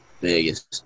Vegas